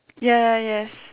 yeah yes